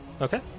Okay